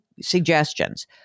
suggestions